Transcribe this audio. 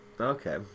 Okay